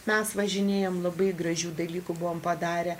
mes važinėjam labai gražių dalykų buvom padarę